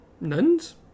Nuns